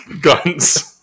guns